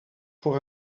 voor